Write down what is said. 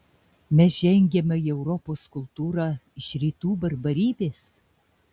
mes žengiame į europos kultūrą iš rytų barbarybės